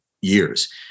years